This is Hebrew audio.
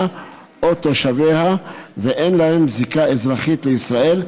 או תושביה ואין להם זיקה אזרחית לישראל,